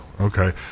Okay